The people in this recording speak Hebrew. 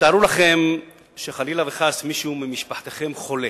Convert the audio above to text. תארו לכם שחלילה וחס מישהו ממשפחתכם חולה